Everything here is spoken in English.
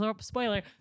spoiler